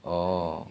orh